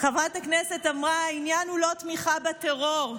חברת הכנסת אמרה: העניין הוא לא תמיכה בטרור,